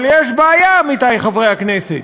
אבל יש בעיה, עמיתי חברי הכנסת,